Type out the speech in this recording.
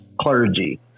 clergy